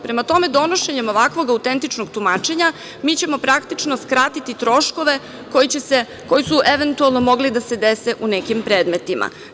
Prema tome, donošenjem ovakvog autentičnog tumačenja mi ćemo praktično skratiti troškove koji su eventualno mogli da se dese u nekim predmetima.